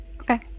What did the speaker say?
Okay